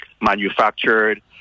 manufactured